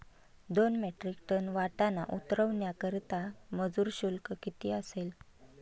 दोन metric ton वाटाणा उतरवण्याकरता मजूर शुल्क किती असेल?